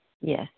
Yes